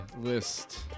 list